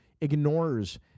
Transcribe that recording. ignores